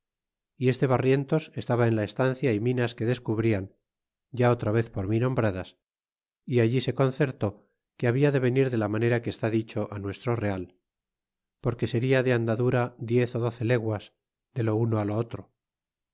y este barrientos estaba en la estancia y minas que descubrian ya otra vez por mí nombradas y allí se concertó que habia de venir de la manera que está dicho nuestro real porque seria de andadura diez ó doce leguas de lo uno lo otro